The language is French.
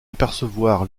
apercevoir